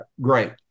great